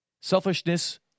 Selfishness